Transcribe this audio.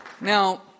Now